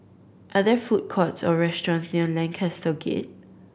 are there food courts or restaurants near Lancaster Gate